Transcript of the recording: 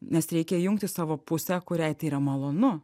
nes reikia įjungti savo pusę kuriai tai yra malonu